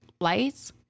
lights